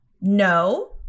no